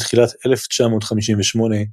בתחילת 1958,